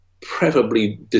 preferably